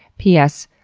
p s.